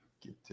get